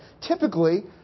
typically